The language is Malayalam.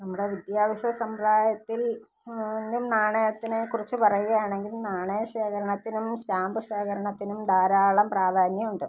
നമ്മുടെ വിദ്യാഭ്യാസ സമ്പ്രദായത്തിൽ നിന്ന് നാണയത്തിനെക്കുറിച്ച് പറയുകയാണെങ്കിൽ നാണയ ശേഖരണത്തിനും സ്റ്റാമ്പ് ശേഖരണത്തിനും ധാരാളം പ്രധാന്യം ഉണ്ട്